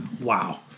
wow